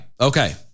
Okay